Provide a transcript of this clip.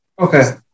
Okay